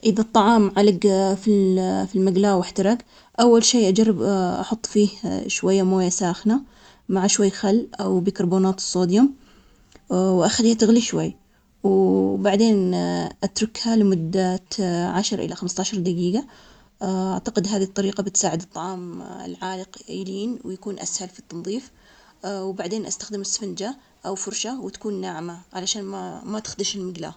إذا حركت الطعام بالمقلاة, جرب هالطريقة, أول شي حط موية ساخنة مع شوية صابون في المقلاة, وخليها تنقع لمدة خمستاعش لثلاثين دقيقة, بعدين استخدم سفنجة أو فرشاة ناعمة لتفريق البقايا, إذا كانت لحروق قوية, ممكن تضيفي شوية بيكنج بودر, أو صودا أو خل رح يساعدك إنك تفكك الدهون, وبعد ما تخلص تشطفها زين وتجففها.